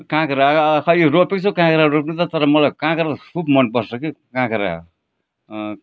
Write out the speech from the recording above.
काँक्रा खोइ रोपेको छु काँक्रा रोप्नु त तर मलाई काँक्रा खुब मन पर्छ कि काँक्रा